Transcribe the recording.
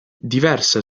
diverse